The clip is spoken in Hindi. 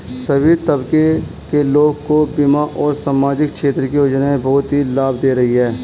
सभी तबके के लोगों को बीमा और सामाजिक क्षेत्र की योजनाएं बहुत ही लाभ दे रही हैं